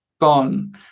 gone